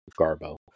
Garbo